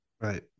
Right